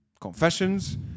confessions